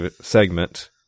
segment